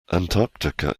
antarctica